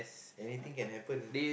anything can happen ah